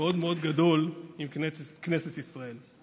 מאוד מאוד גדול עם כנסת ישראל.